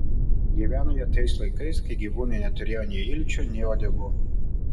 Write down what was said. gyveno jie tais laikais kai gyvūnai neturėjo nei ilčių nei uodegų